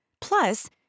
Plus